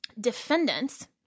Defendants